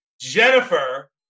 Jennifer